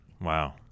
wow